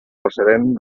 procedent